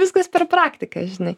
viskas per praktiką žinai